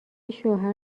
شوهر